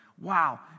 Wow